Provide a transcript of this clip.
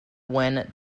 when